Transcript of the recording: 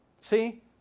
See